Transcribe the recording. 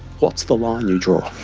what's the line you draw?